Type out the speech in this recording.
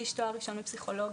יש לי תואר ראשון בפסיכולוגיה,